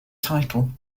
title